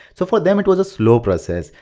so for them it was a slow process,